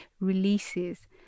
releases